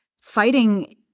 fighting